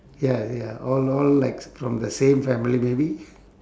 ya ya all all like s~ from the same family maybe